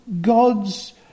God's